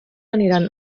aniran